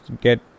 get